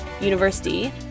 university